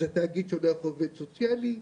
אז התאגיד שולח עובד סוציאלי,